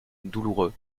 douloureux